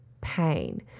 pain